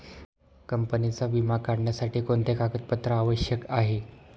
कंपनीचा विमा काढण्यासाठी कोणते कागदपत्रे आवश्यक आहे?